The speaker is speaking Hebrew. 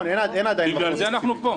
בגלל זה אנחנו פה.